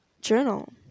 journal